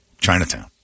Chinatown